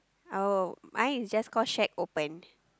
oh mine is just call shack opened